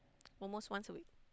almost once a week